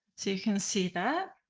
so you can see that,